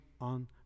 on